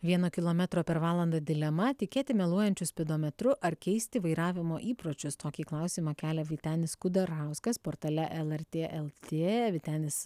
vieno kilometro per valandą dilema tikėti meluojančiu spidometru ar keisti vairavimo įpročius tokį klausimą kelia vytenis kudarauskas portale lrt lt vytenis